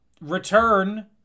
return